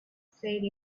said